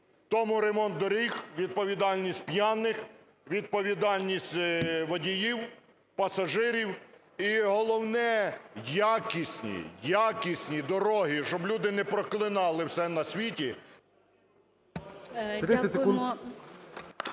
Тому ремонт доріг, відповідальність п'яних, відповідальність водіїв, пасажирів, і головне – якісні, якісні дороги, щоб люди не проклинали все на світі…